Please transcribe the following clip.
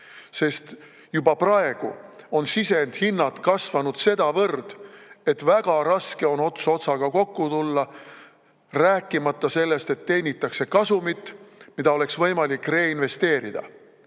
Sest juba praegu on sisendhinnad kasvanud sedavõrd, et väga raske on ots otsaga kokku tulla. Rääkimata sellest, et teenitaks kasumit, mida oleks võimalik reinvesteerida.